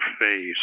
face